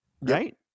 right